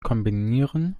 kombinieren